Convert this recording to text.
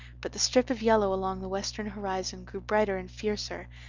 but the strip of yellow along the western horizon grew brighter and fiercer,